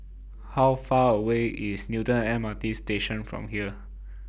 How Far away IS Newton M R T Station from here